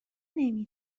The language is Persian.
نمی